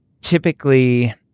typically